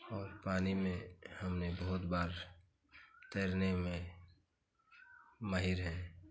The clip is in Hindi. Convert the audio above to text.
और पानी में हमने बहुत बार तैरने में माहिर है